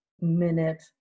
minute